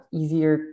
easier